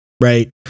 Right